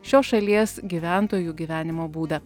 šios šalies gyventojų gyvenimo būdą